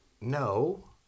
No